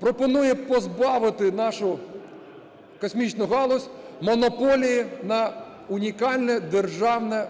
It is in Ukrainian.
пропонує позбавити нашу космічну галузь монополії на унікальне державне